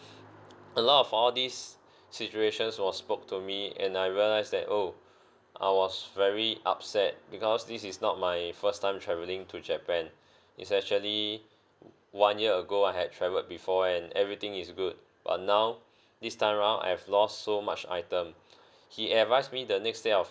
a lot of all these situations was spoke to me and I realise that oh I was very upset because this is not my first time travelling to japan it's actually one year ago I had travelled before and everything is good but now this time around I've lost so much item he advised me the next step of